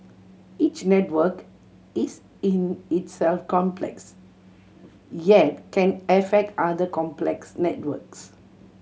each network is in itself complex yet can affect other complex networks